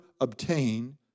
obtain